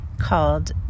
called